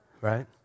right